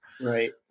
Right